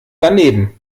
daneben